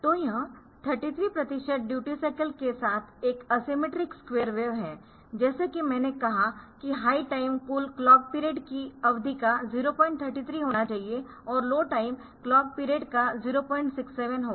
तो यह 33 प्रतिशत ड्यूटी साईकल के साथ एक असीमेट्रिक स्क्वेअर वेव है जैसा कि मैंने कहा कि हाई टाइम कुल क्लॉक पीरियड की अवधि का 033 होना चाहिए और लो टाइम क्लॉक पीरियड का 067 होगा